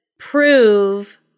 prove